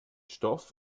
stoff